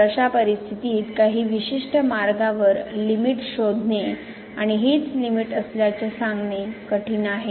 तर अशा परिस्थितीत काही विशिष्ट मार्गावर लिमिट शोधणे आणि हीच लिमिट असल्याचे सांगणे कठीण आहे